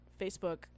Facebook